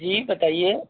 जी बताइए